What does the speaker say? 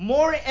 More